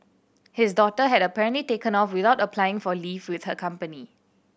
his daughter had apparently taken off without applying for leave with her company